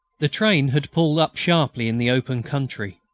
the train had pulled up sharply in the open country.